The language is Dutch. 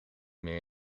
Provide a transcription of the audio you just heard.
meer